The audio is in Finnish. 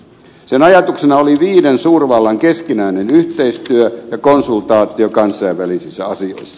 sen ajatuksena oli viiden suurvallan keskinäinen yhteistyö ja konsultaatio kansainvälisissä asioissa